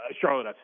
Charlotte